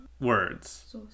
words